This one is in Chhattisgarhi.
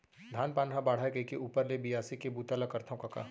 धान पान हर बाढ़य कइके ऊपर ले बियासी के बूता ल करथव कका